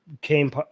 came